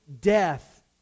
death